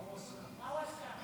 מה הוא עשה?